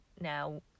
Now